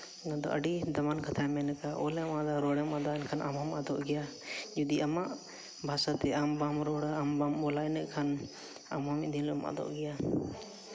ᱚᱱᱟᱫᱚ ᱟᱹᱰᱤ ᱫᱟᱢᱟᱱ ᱠᱟᱛᱷᱟᱭ ᱢᱮᱱ ᱠᱟᱜᱼᱟ ᱚᱞᱮᱢ ᱟᱫᱟ ᱨᱚᱲᱮᱢ ᱟᱫᱼᱟ ᱮᱱᱠᱷᱟᱱ ᱟᱢ ᱦᱚᱸᱢ ᱟᱫᱚᱜ ᱜᱮᱭᱟ ᱡᱩᱫᱤ ᱟᱢᱟᱜ ᱵᱷᱟᱥᱟ ᱛᱮ ᱟᱢ ᱵᱟᱢ ᱨᱚᱲᱟ ᱟᱢ ᱵᱟᱢ ᱚᱞᱟ ᱤᱱᱟᱹᱠᱷᱟᱱ ᱟᱢ ᱦᱚᱸ ᱢᱤᱫ ᱫᱤᱱ ᱦᱤᱞᱚᱜ ᱟᱫᱚᱜ ᱜᱮᱭᱟ